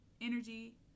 energy